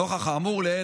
נוכח האמור לעיל,